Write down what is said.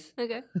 Okay